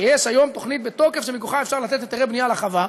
שיש היום תוכנית בתוקף שמכוחה אפשר לתת היתרי בנייה לחווה,